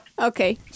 Okay